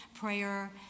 prayer